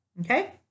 okay